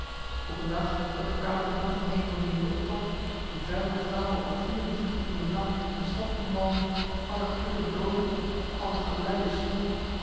op een dag dat de koude natte nevel weer niet optrok die vuil grauw al vier en twintig uren lang marcellus emants een nagelaten bekentenis de stad omwalmde alle kleuren doovend alle geluiden smorend